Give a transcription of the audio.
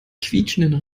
quietschenden